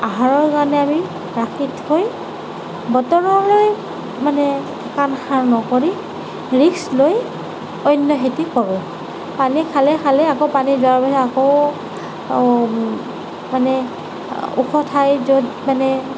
আহাৰৰ কাৰণে আমি ৰাখি থৈ বতৰলৈ মানে কাণসাৰ নকৰি ৰিক্স লৈ অন্য খেতি কৰোঁ পানী খালে খালে আকৌ পানী যোৱাৰ পাছত আকৌ মানে ওখ ঠাই য'ত মানে